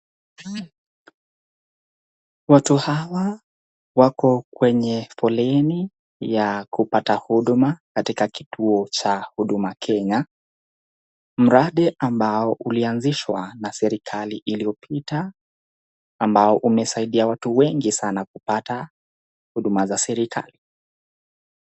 Watu hawa wako kwenye foleni ya kupata huduma katika kituo cha Huduma Kenya, mradi ambao ulianzishwa na serikali iliyopita ambao umesaidia watu wengi sana kupata huduma za serikali.